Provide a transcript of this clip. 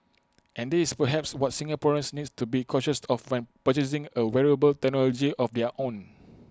and this perhaps what Singaporeans need to be cautious of when purchasing A wearable technology of their own